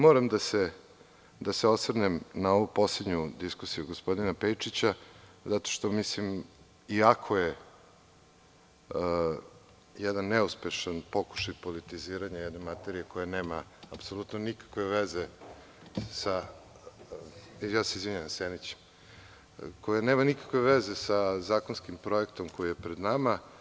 Moram da se osvrnem na ovu poslednju diskusiju gospodina Pejčića, zato što mislim, iako je jedan neuspešan pokušaj politiziranja jedne materije koja nema apsolutno nikakve veze sa, ja se izvinjavam Senić, koja nema nikakve veze sa zakonskim projektom koji je pred nama.